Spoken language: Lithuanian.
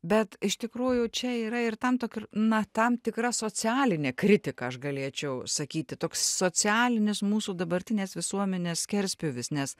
bet iš tikrųjų čia yra ir tam tik na tam tikra socialinė kritika aš galėčiau sakyti toks socialinis mūsų dabartinės visuomenės skerspjūvis nes